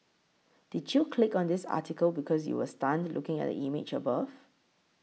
did you click on this article because you were stunned looking at the image above